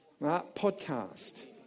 Podcast